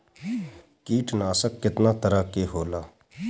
कीटनाशक केतना तरह के होला?